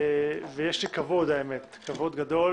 ויש לי כבוד גדול